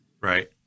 right